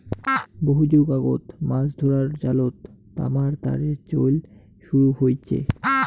বহু যুগ আগত মাছ ধরার জালত তামার তারের চইল শুরু হইচে